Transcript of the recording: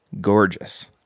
gorgeous